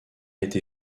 été